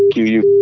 you, you